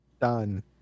Done